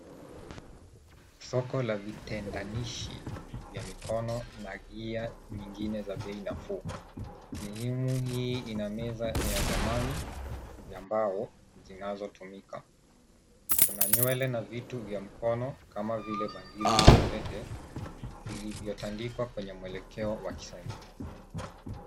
Soko la vitenganishi vya mikono na gia nyingine za bei nafuu. Sehemu hii ina meza ya zamani ya mbao zinazotumika. Kuna nywele na vitu za mkono kama vile bangili na pete vilivyotandikwa kwenye mwelekeo wa kisanii.